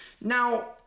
Now